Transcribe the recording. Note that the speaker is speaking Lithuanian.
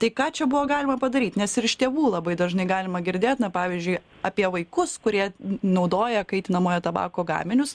tai ką čia buvo galima padaryt nes ir iš tėvų labai dažnai galima girdėt na pavyzdžiui apie vaikus kurie naudoja kaitinamojo tabako gaminius